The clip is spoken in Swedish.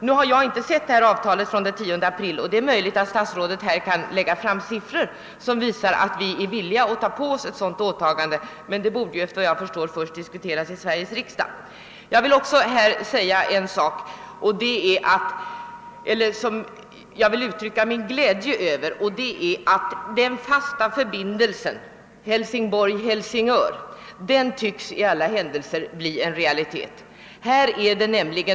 Nu har jag inte sett avtalet från den 10 april, och det är möjligt att statsrådet här kan lägga fram siffror som visar att vi är beredda att ta på oss en större del av kostnaderna, men den saken borde i så fall först ha diskuterats i Sveriges riksdag. Jag vill uttrycka min glädje över att i alla händelser den fasta förbindelsen Hälsingborg—Hälsingör tycks bli en realitet.